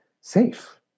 safe